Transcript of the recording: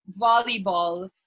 volleyball